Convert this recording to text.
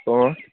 پانٛژھ